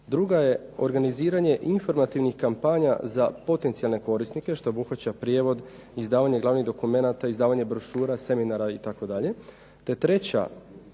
Druga je organiziranje informativnih kampanja za potencijalne korisnike što obuhvaća prijevod, izdavanje glavnih dokumenata, seminara itd.